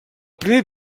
primer